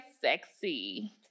sexy